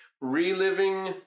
reliving